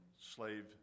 slave